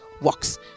works